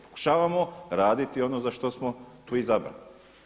Pokušavamo raditi ono za što smo tu izabrani.